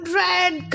red